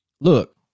look